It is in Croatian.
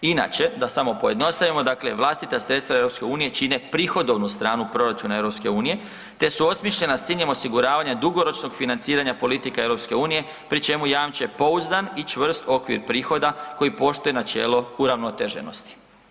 Inače da samo pojednostavimo, dakle vlastita sredstva EU čine prihodovnu stranu proračuna EU, te su osmišljena s ciljem osiguravanja dugoročnog financiranja politika EU pri čemu jamče pouzdan i čvrst okvir prihoda koji poštuje načelo uravnoteženosti.